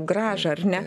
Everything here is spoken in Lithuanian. grąžą ar ne